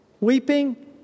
weeping